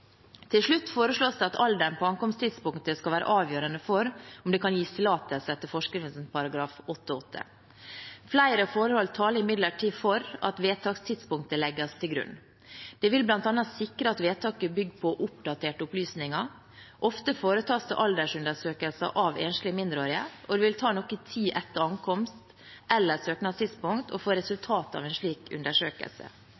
Til slutt foreslås det at alderen på ankomsttidspunktet skal være avgjørende for om det kan gis tillatelse etter forskriftens § 8-8. Flere forhold taler imidlertid for at vedtakstidspunktet legges til grunn. Vi vil bl.a. sikre at vedtaket er bygd på oppdaterte opplysninger. Ofte foretas det aldersundersøkelser av enslige mindreårige, og det vil ta noen tid etter ankomst eller søknadstidspunkt å få